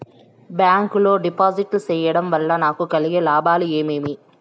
Bank లో డిపాజిట్లు సేయడం వల్ల నాకు కలిగే లాభాలు ఏమేమి?